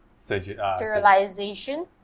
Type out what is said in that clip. sterilization